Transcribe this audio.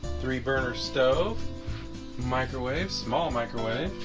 three burner stove microwave small microwave